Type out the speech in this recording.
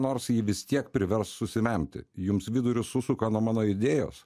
nors jį vis tiek privers susivemti jums vidurius susuka nuo mano idėjos